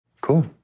Cool